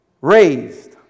raised